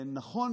נכון